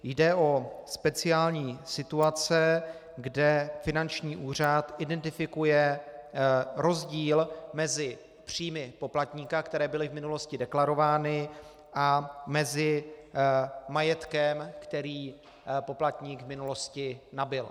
Jde o speciální situace, kde finanční úřad identifikuje rozdíl mezi příjmy poplatníka, které byly v minulosti deklarovány, a majetkem, který poplatník v minulosti nabyl.